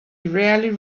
rarely